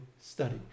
study